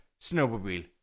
snowmobile